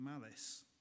malice